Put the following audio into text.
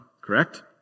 Correct